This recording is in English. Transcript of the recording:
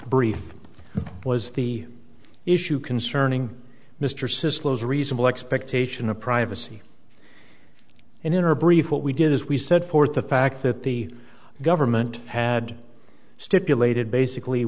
brief was the issue concerning mr says lo's reasonable expectation of privacy and in our brief what we did is we set forth the fact that the government had stipulated basically